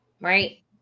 right